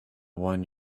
one